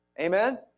Amen